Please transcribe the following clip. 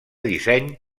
disseny